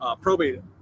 probated